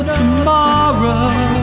tomorrow